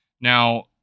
Now